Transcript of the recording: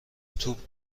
توپ